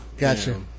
Gotcha